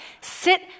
sit